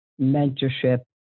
mentorship